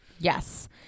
Yes